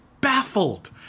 baffled